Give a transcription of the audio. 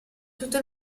tutto